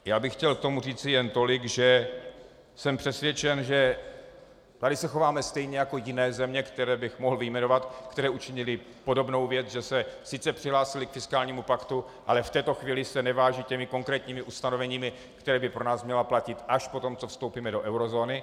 Já bych chtěl k tomu říci jen tolik, že jsem přesvědčen, že se tady chováme stejně jako jiné země, které bych mohl vyjmenovat, které učinily podobnou věc, že se sice přihlásily k fiskálnímu paktu, ale v této chvíli se nevážou těmi konkrétními ustanoveními, která by pro nás měla platit až poté, co vstoupíme do eurozóny.